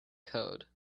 code